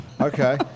Okay